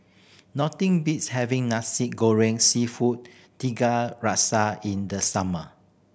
nothing beats having Nasi Goreng Seafood Tiga Rasa in the summer